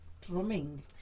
drumming